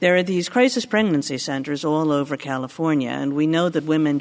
there are these crisis pregnancy centers all over california and we know that women